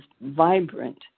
vibrant